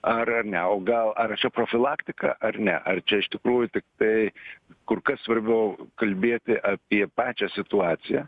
ar ar ne o gal ar čia profilaktika ar ne ar čia iš tikrųjų tiktai kur kas svarbiau kalbėti apie pačią situaciją